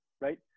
right